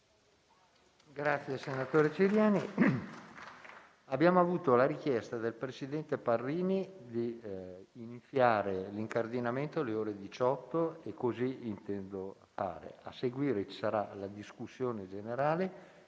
Grazie, senatore Ciriani. Abbiamo ascoltato la richiesta del senatore Parrini di iniziare l'incardinamento alle ore 18 e così intendo procedere. A seguire ci sarà la discussione generale